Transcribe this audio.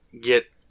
Get